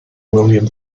william